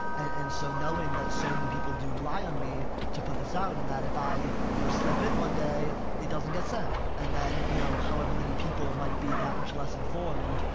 and so knowing that so many people do rely on me to put this out and that if i, you know, sleep in one day it doesn't get sent. and then, you know, how ever many people might be that much less informed,